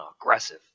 aggressive